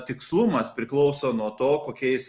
tikslumas priklauso nuo to kokiais